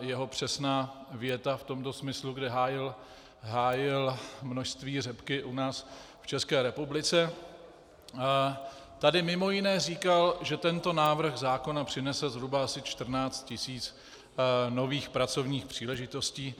jeho přesná věta v tomto smyslu, kde hájil množství řepky u nás v České republice, tady mj. říkal, že tento návrh zákona přinese zhruba asi 14 tisíc nových pracovních příležitostí.